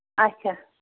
اچھا